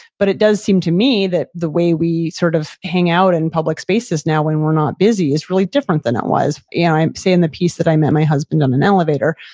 but it does seem to me that the way we sort of hang out in public spaces now when we're not busy is really different than it was. and yeah i'm saying the piece that i met my husband on an elevator,